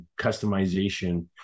customization